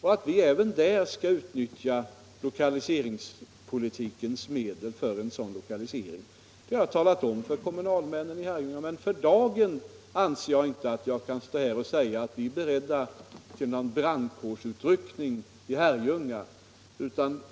Vi skall i så fall även där utnyttja lokaliseringspolitiska medel för en lokalisering. Detta har jag också talat om för kommunalmännen i Herrljunga. För dagen kan jag emellertid inte säga att vi är beredda att göra någon ”brandkårsutryckning” i Herrljunga.